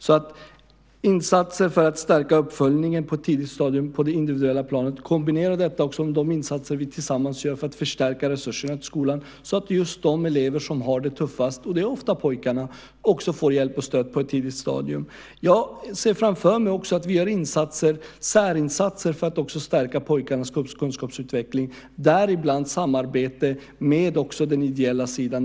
Vi gör insatser för att stärka uppföljningen på ett tidigt stadium på det individuella planet. Kombinera också detta med de insatser vi tillsammans gör för att förstärka resurserna till skolan så att just de elever som har det tuffast - vilket ofta är pojkarna - också får hjälp och stöd på ett tidigt stadium. Jag ser också framför mig att vi gör särinsatser för att stärka pojkarnas kunskapsutveckling, bland annat samarbete med den ideella sidan.